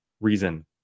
reason